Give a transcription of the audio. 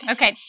Okay